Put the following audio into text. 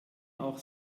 auch